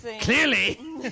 Clearly